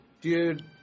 dude